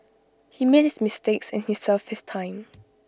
he made his mistakes and he served his time